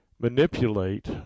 manipulate